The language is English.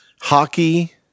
hockey